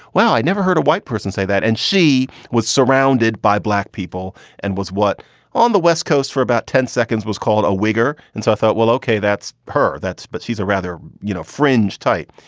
well, i never heard a white person say that. and she was surrounded by black people and was what on the west coast for about ten seconds was called a wigger. and so i thought, well, ok, that's per. that's but she's a rather, you know, fringe type.